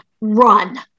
run